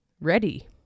ready